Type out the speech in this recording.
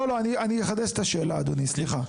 לא, לא, אני אכנס את השאלה אדוני, סליחה.